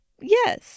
Yes